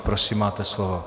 Prosím, máte slovo.